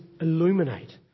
illuminate